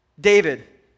David